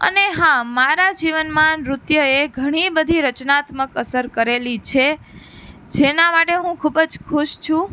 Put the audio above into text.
અને હા મારા જીવનમાં નૃત્યએ ઘણી બધી રચનાત્મક અસર કરેલી છે જેના માટે હું ખૂબ જ ખુશ છું